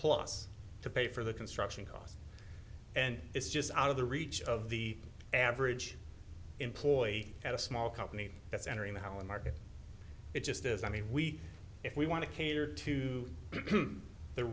plus to pay for the construction costs and it's just out of the reach of the average employee at a small company that's entering the hauen market it just as i mean we if we want to cater to the